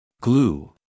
Glue